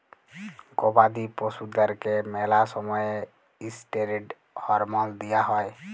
গবাদি পশুদ্যারকে ম্যালা সময়ে ইসটিরেড হরমল দিঁয়া হয়